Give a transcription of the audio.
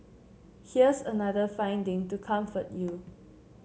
here's another finding to comfort you